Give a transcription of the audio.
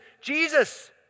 Jesus